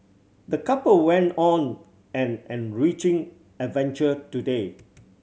the couple went on an enriching adventure today